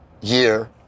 year